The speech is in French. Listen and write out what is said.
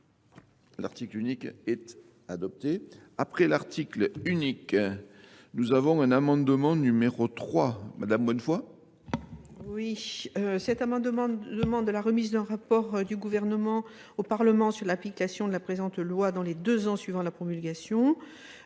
L'article unique est adopté. Après l'article unique, nous avons un amendement numéro 3, madame Bonnefoy.